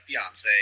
Beyonce